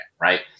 Right